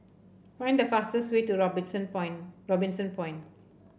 find the fastest way to Robinson Point Robinson Point